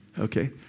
Okay